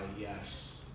yes